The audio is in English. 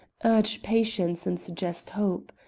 urge patience and suggest hope.